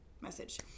message